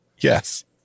Yes